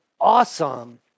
awesome